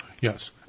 Yes